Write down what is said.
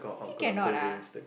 actually cannot ah